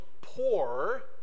poor